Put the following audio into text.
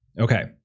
Okay